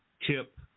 tip